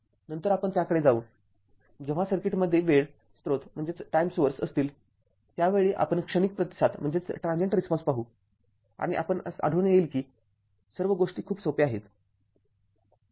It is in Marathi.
नंतर आपण त्याकडे जाऊ जेव्हा सर्किटमध्ये वेळ स्रोत असतील त्यावेळी आपण क्षणिक प्रतिसाद पाहू आणि आपणास आढळून येईल कि सर्व गोष्टी खूप सोप्या आहेत